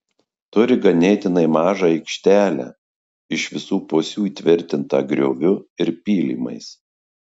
turi ganėtinai mažą aikštelę iš visų pusių įtvirtintą grioviu ir pylimais